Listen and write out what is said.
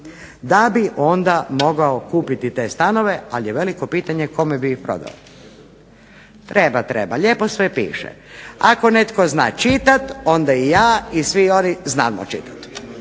da bi onda mogao kupiti to stanove, ali je veliko pitanje kome bi ih prodao. Treba, treba. Lijepo sve piše. Ako netko zna čitat onda i ja i svi oni znamo čitati.